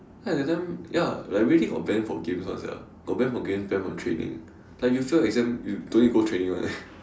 ya that time ya like Wei-Ting got ban for game [one] sia got ban from games ban from training like if you fail exams you don't need to go training [one] eh